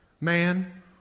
man